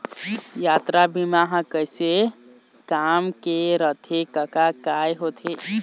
यातरा बीमा ह कइसे काम के रथे कका काय होथे?